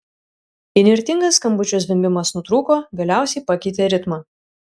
įnirtingas skambučio zvimbimas nutrūko galiausiai pakeitė ritmą